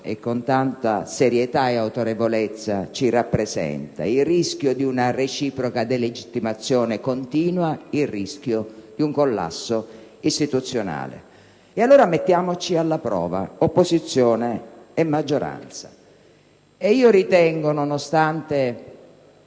e con tanta serietà e autorevolezza ci rappresenta: il rischio di una reciproca delegittimazione continua, il rischio di un collasso istituzionale. Allora, mettiamoci alla prova, opposizione e maggioranza. Io ritengo, nonostante